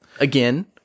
again